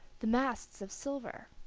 the masts of silver,